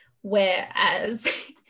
whereas